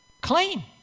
clean